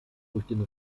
den